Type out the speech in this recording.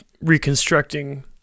reconstructing